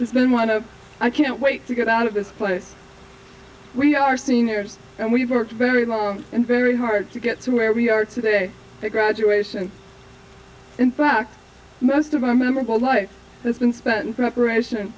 of i can't wait to get out of this place we are seniors and we've worked very long and very hard to get to where we are today to graduation in fact most of our memorable life has been spent in preparation